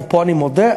ופה אני מודה,